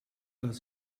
does